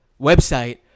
website